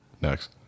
Next